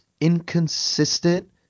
inconsistent